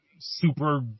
super